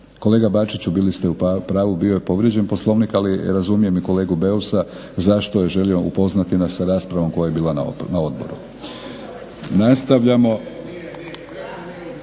Kolega Bačiću bili ste u pravu bio je povrijeđen Poslovnik ali razumijem i kolegu Beusa zašto je želio upoznati nas sa raspravom koja je bila na odboru.